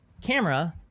camera